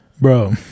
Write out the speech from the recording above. Bro